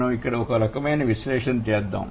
మనం ఇక్కడ ఒక రకమైన విశ్లేషణ చేద్దాం